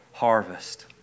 Harvest